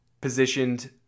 positioned